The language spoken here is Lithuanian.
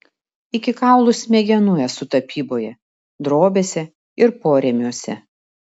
iki kaulų smegenų esu tapyboje drobėse ir porėmiuose